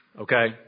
Okay